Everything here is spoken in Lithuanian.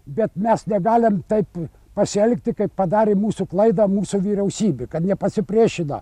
bet mes negalim taip pasielgti kaip padarė mūsų klaidą mūsų vyriausybė nepasipriešino